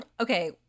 Okay